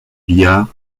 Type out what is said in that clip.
bihar